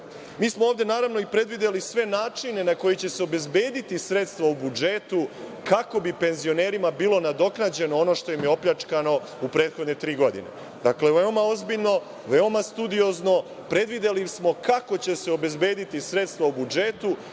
Mi smo ovde predvideli i sve načine na koje će se obezbediti sredstva u budžetu, kako bi penzionerima bilo nadoknađeno ono što im je opljačkano u prethodne tri godine. Dakle, veoma ozbiljno, veoma studiozno predvideli smo kako će se obezbediti sredstva u budžetu